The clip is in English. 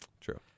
True